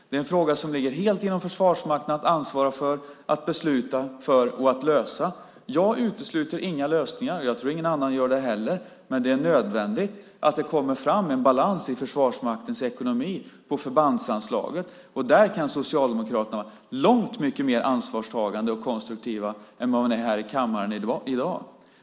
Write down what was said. Det är en fråga som ligger helt inom Försvarsmakten att ansvara för, besluta om och lösa. Jag utesluter inga lösningar, och jag tror inte att någon annan gör det heller. Det är nödvändigt att det blir en balans i Försvarsmaktens ekonomi på förbandsanslaget. Där kan Socialdemokraterna vara långt mycket mer ansvarstagande och konstruktiva än vad man är här i kammaren i dag.